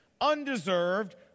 undeserved